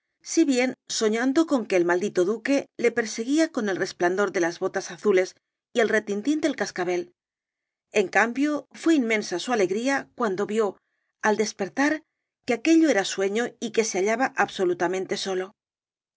si bien soñando con que el maldito duque le perseguía con el resplandor de las botas azules y el retintín del cascabel en cambio fué inmensa su alegría cuando vio al despertar que aquello era sueño y que se hallaba absolutamente solo